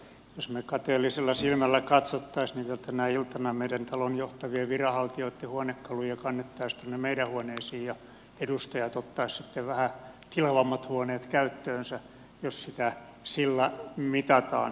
jos me kateellisella silmällä katsoisimme niin vielä tänä iltana meidän talon johtavien viranhaltijoitten huonekaluja kannettaisiin tuonne meidän huoneisiin ja edustajat ottaisivat sitten vähän tilavammat huoneet käyttöönsä jos sitä sillä mitataan